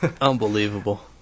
Unbelievable